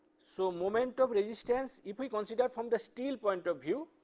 so moment of resistance, if we consider from the steel point of view,